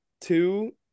two